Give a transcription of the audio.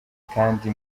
kandi